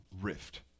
rift